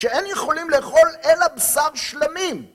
‫שאין יכולים לאכול אלא בשר שלמים.